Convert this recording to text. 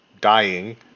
dying